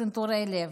צנתורי לב.